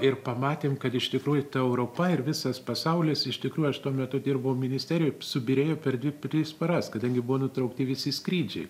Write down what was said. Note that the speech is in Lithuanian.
ir pamatėm kad iš tikrųjų ta europa ir visas pasaulis iš tikrųjų aš tuo metu dirbau ministerijoj subyrėjo per dvi tris paras kadangi buvo nutraukti visi skrydžiai